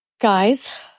Guys